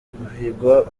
guhigwa